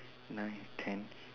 nine ten